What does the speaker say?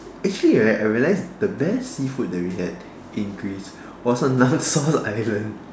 actually right I realize the best seafood that we had in Greece was in Naxos island